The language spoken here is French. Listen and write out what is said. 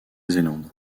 zélande